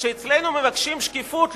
כשאצלנו מבקשים שקיפות,